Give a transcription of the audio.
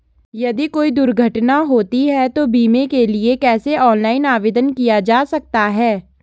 यदि कोई दुर्घटना होती है तो बीमे के लिए कैसे ऑनलाइन आवेदन किया जा सकता है?